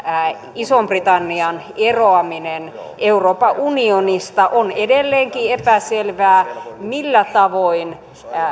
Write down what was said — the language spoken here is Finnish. ison britannian eroaminen euroopan unionista on edelleenkin epäselvää millä tavoin